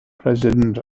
president